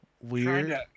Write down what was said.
weird